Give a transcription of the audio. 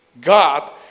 God